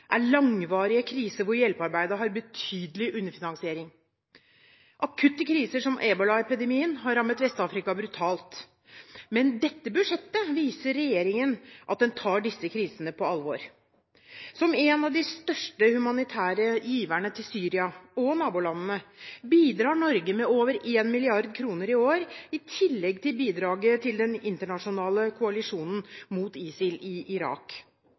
det langvarige kriser hvor hjelpearbeidet har betydelig underfinansiering. Akutte kriser som ebola-epidemien har rammet Vest-Afrika brutalt. Med dette budsjettet viser regjeringen at den tar disse krisene på alvor. Som en av de største humanitære giverne til Syria og nabolandene bidrar Norge med over 1 mrd. kr i år, i tillegg til bidraget til den internasjonale koalisjonen mot ISIL i Irak.